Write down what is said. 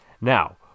Now